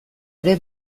ere